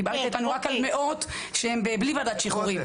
את דיברת איתנו רק על מאות שהם בלי ועדת שחרורים.